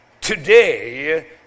today